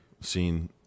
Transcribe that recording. seen